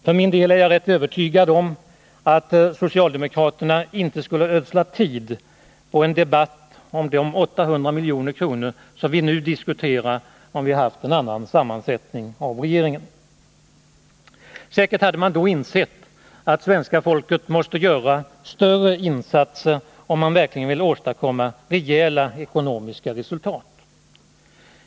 För min del är jag rätt övertygad om att socialdemokraterna inte skulle ha ödslat tid på en debatt om de 800 milj.kr., som vi nu diskuterar, om vi haft en annan sammansättning av regeringen. Säkert hade man då insett att svenska folket måste göra större insatser om man verkligen vill åstadkomma rejäla resultat.